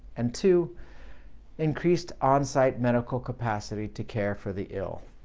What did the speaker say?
and two. increased on-site medical capacity to care for the ill.